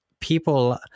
people